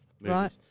Right